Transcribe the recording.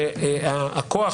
שהכוח